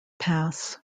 pass